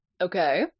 Okay